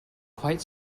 quite